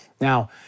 Now